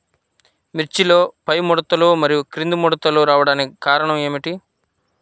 మిర్చిలో పైముడతలు మరియు క్రింది ముడతలు రావడానికి కారణం ఏమిటి?